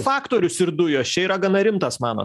faktorius ir dujos čia yra gana rimtas manot